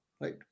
right